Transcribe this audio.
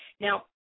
Now